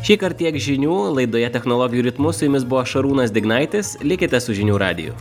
šįkart tiek žinių laidoje technologijų ritmu su jumis buvo šarūnas dignaitis likite su žinių radiju